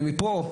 ומפה,